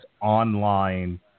online